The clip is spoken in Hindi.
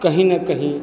कहीं न कहीं